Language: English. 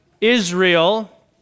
Israel